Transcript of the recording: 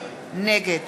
נגד